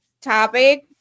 topic